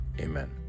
Amen